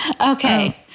okay